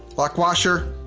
lock washer,